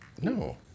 No